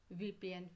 VPN